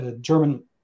German